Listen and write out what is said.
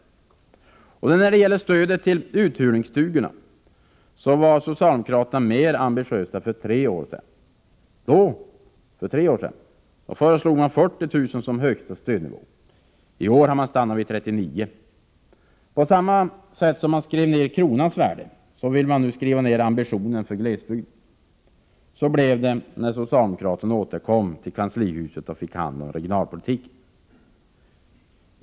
När det gäller stödet till uthyrningsstugorna var socialdemokraterna mer ambitiösa för tre år sedan. Då föreslog de 40 000 kr. som högsta stödnivå. I år har man stannat vid 39 000 kr. På samma sätt som man skrev ned kronans värde vill man nu skriva ned ambitionerna för glesbygden. Så blev det när socialdemokraterna återkom till kanslihuset och fick hand om regionalpolitiken.